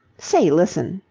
say, listen,